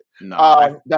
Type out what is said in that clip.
No